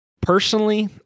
Personally